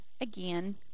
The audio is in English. Again